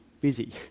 busy